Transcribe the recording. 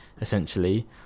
essentially